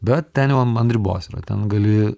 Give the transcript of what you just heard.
bet ten jau man ant ribos yra ten gali